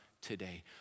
today